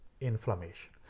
Inflammation